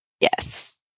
Yes